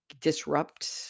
disrupt